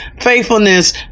faithfulness